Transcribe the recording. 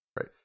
Right